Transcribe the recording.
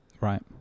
Right